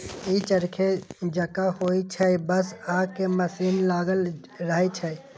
ई चरखे जकां होइ छै, बस अय मे मशीन लागल रहै छै